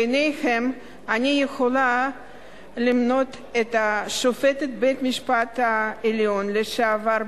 ביניהם אני יכולה למנות את שופטת בית-המשפט העליון לשעבר,